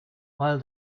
while